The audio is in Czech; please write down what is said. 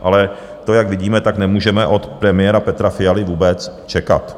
Ale to, jak vidíme, nemůžeme od premiéra Petra Fialy vůbec čekat.